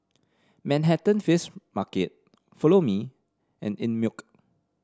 Manhattan Fish Market Follow Me and Einmilk